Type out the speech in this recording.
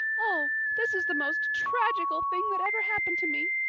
oh, this is the most tragical thing that ever happened to me!